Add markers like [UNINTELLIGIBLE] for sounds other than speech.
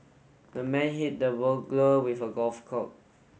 the man hit the burglar with a golf [UNINTELLIGIBLE]